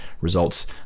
results